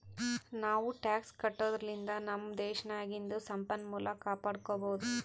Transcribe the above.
ನಾವೂ ಟ್ಯಾಕ್ಸ್ ಕಟ್ಟದುರ್ಲಿಂದ್ ನಮ್ ದೇಶ್ ನಾಗಿಂದು ಸಂಪನ್ಮೂಲ ಕಾಪಡ್ಕೊಬೋದ್